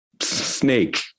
snake